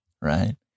right